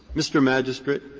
mr. magistrate,